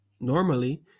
normally